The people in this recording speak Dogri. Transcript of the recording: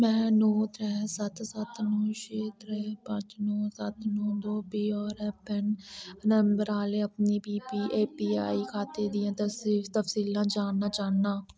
में नौ त्रै सत्त सत्त नौ छे त्रै पंज नौ सत्त नौ दो P R F N number आह्ले अपने P P A P Y खाते दियां तफसीलां जानना चाह्न्नां